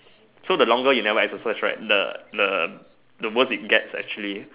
so the longer you never exercise right the worse it gets actually